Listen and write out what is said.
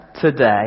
today